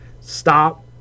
Stop